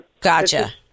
Gotcha